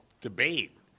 debate